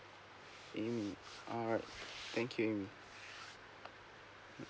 amy alright thank you amy